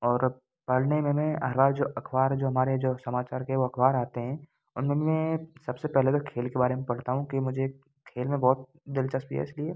और पढ़ने में में हाला जो अखबार जो हमारे यहाँ जो समाचार के वो अखबार आते हैं उनमें सबसे पहले तो खेल के बारे में पढ़ता हूँ कि मुझे खेल में बहुत दिलचस्पी है इसलिए